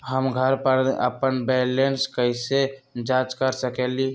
हम घर पर अपन बैलेंस कैसे जाँच कर सकेली?